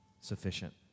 sufficient